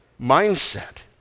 mindset